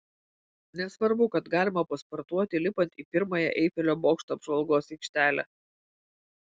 nesvarbu kad galima pasportuoti lipant į pirmąją eifelio bokšto apžvalgos aikštelę